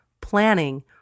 planning